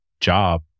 job